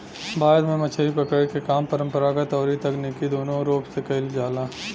भारत में मछरी पकड़े के काम परंपरागत अउरी तकनीकी दूनो रूप से कईल जाला